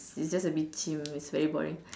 it's just a bit cheem it's very boring